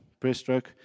breaststroke